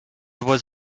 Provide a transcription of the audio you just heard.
was